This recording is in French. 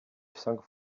cinq